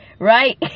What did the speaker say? Right